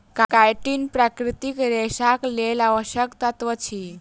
chitin प्राकृतिक रेशाक लेल आवश्यक तत्व अछि